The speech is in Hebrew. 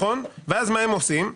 אבל מה הם עושים?